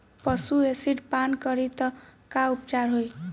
पशु एसिड पान करी त का उपचार होई?